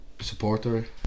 supporter